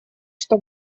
что